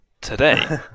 Today